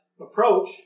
approach